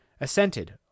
assented